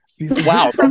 Wow